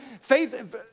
Faith